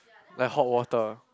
like hot water